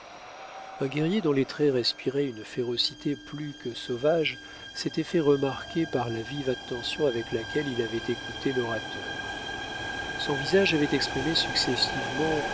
un guerrier dont les traits respiraient une férocité plus que sauvage s'était fait remarquer par la vive attention avec laquelle il avait écouté l'orateur son visage avait exprimé successivement